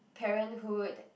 parenthood